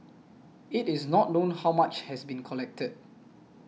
it is not known how much has been collected